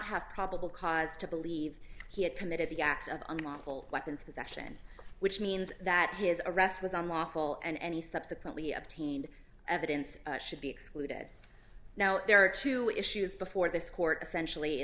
have probable cause to believe he had committed the act of unlawful weapons possession which means that his arrest was unlawful and he subsequently obtained evidence should be excluded now there are two issues before this court essentially in